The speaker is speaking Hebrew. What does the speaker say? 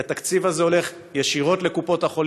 כי התקציב הזה הולך ישירות לקופות-החולים,